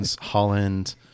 Holland